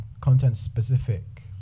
content-specific